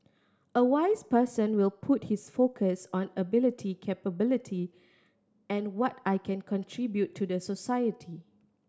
a wise person will put his focus on ability capability and what I can contribute to the society